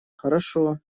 хорошо